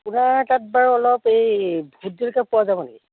আপোনাৰ তাত বাৰু অলপ এই ভূত জলকীয়া পোৱা যাব নেকি